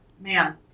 man